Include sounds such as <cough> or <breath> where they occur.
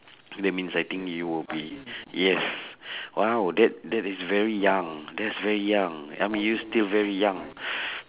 so that means I think you would be <breath> yes <breath> !wow! that that is very young that's very young I mean you're still very young <breath>